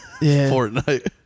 Fortnite